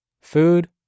food